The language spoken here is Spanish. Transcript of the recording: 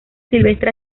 silvestre